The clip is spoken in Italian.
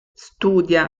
studia